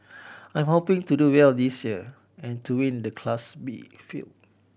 I'm hoping to do well this year and to win the Class B field